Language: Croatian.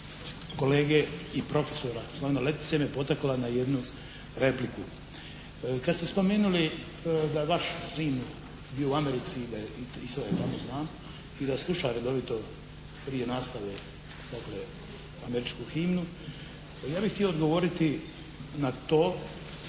kolege i profesora Slavena Letice me potakla na jednu repliku. Kada ste spomenuli da je vaš sin bio u Americi i sad je tamo, i da sluša redovito prije nastave dakle američku himnu, ja bih htio odgovoriti na to,